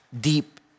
deep